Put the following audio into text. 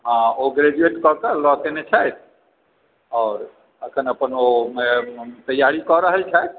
ओ graduate कए कऽ law कयने छथि और ओ अपन तैयारी कऽ रहल छथि